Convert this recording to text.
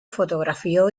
fotografió